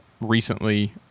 recently